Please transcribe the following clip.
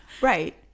Right